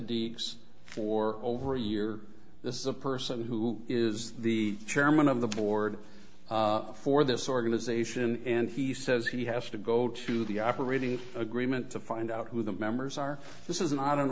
dea for over a year this is a person who is the chairman of the board for this organization and he says he has to go to the operating agreement to find out who the members are this is not an